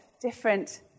different